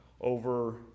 Over